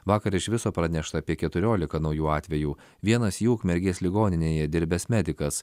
vakar iš viso pranešta apie keturiolika naujų atvejų vienas jų ukmergės ligoninėje dirbęs medikas